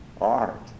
art